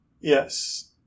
Yes